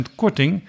korting